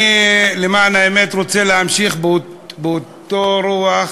למען האמת אני רוצה להמשיך באותה רוח